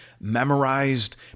memorized